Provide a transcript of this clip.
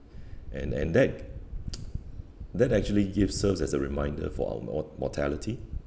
and and that that actually gives us as a reminder for our mor~ mortality